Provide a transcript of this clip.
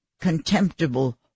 contemptible